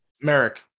Merrick